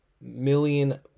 million